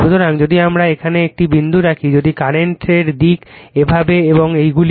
সুতরাং যদি আমারা এখানে একটি বিন্দু রাখি যদি কারেন্টের দিক এভাবে এবং এইগুলি